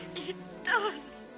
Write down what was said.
it does.